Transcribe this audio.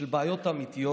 של בעיות אמיתיות,